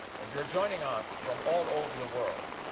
and you're joining us from all over the world.